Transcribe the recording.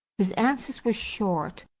his answers were short.